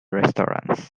restaurants